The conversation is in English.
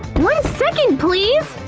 one second, please!